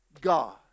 God